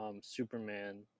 Superman